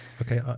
Okay